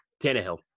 Tannehill